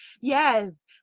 yes